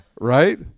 right